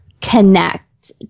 connect